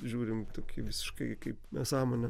žiūrim visiškai kaip nesąmonę